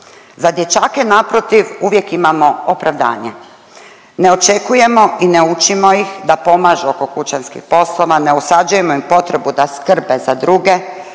Za dječake naprotiv uvijek imamo opravdanje, ne očekujemo i ne učimo ih da pomažu oko kućanskih poslova, ne usađujemo im potrebu da skrbe za druge,